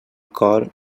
cor